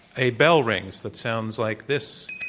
a bell rings that sounds like this.